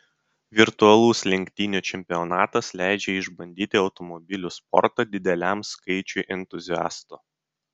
virtualus lenktynių čempionatas leidžia išbandyti automobilių sportą dideliam skaičiui entuziastų